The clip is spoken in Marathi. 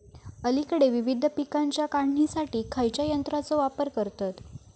अलीकडे विविध पीकांच्या काढणीसाठी खयाच्या यंत्राचो वापर करतत?